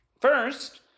First